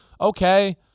okay